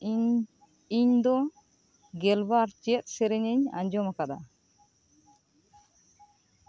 Google ᱢᱮ ᱤᱧ ᱤᱧ ᱫᱚ ᱜᱮᱞᱵᱟᱨ ᱪᱮᱫ ᱥᱮᱹᱨᱮᱹᱧ ᱤᱧ ᱟᱸᱡᱚᱢ ᱟᱠᱟᱫᱟ